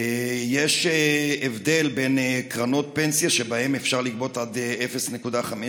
יש הבדל בין קרנות פנסיה שבהן אפשר לגבות עד 0.5%